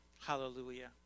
Hallelujah